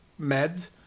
meds